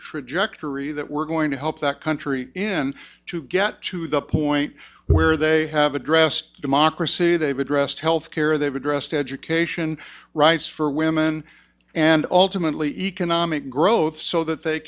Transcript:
trajectory that we're going to help that country in to get to the point where they have addressed democracy they've addressed health care they've addressed education rights for women and ultimately economic growth so that they